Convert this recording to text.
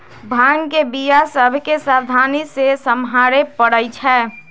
भांग के बीया सभ के सावधानी से सम्हारे परइ छै